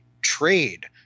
trade